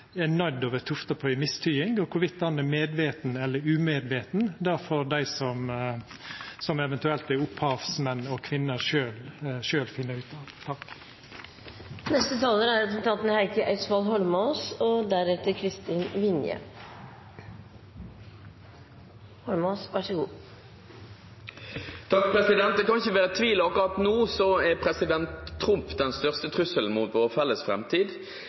er nøydd til å vera tufta på ei mistyding, og om ho er medveten eller umedveten, får dei som eventuelt er opphavsmenn og -kvinner sjølve finna ut av. Det kan ikke være tvil om at akkurat nå er president Trump den største trusselen mot vår felles framtid,